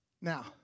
Now